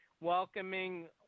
welcoming